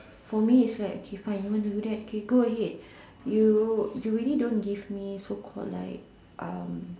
for me is like okay fine you want to do that okay go ahead you you really don't give me so called like um